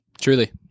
Truly